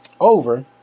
over